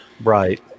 Right